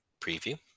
preview